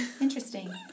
interesting